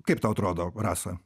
kaip tau atrodo rasa